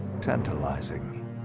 tantalizing